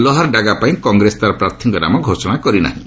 ଲେହାରଡାଗାପାଇଁ କଂଗ୍ରେସ ତା'ର ପ୍ରାର୍ଥୀଙ୍କ ନାମ ଘୋଷଣା କରି ନାହିଁ